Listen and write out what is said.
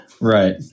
Right